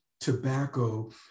tobacco